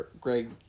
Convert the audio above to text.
Greg